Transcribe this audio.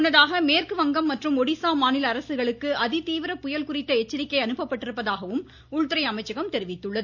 முன்னதாக மேற்குவங்கம் மற்றும் ஒடிசா மாநில அரசுகளுக்கு அதி தீவிர புயல் குறித்த எச்சரிக்கை அனுப்பப்பட்டிருப்பதாகவும் உள்துறை அமைச்சகம் தெரிவித்துள்ளது